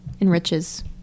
enriches